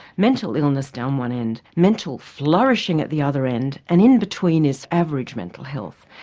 mental illness down one end mental flourishing at the other end and in between is average mental health.